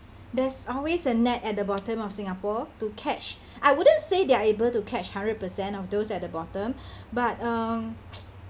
there's always a net at the bottom of singapore to catch I wouldn't say they are able to catch hundred percent of those at the bottom but um